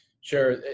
Sure